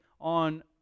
on